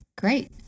great